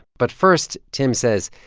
but first, tim says,